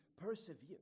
persevere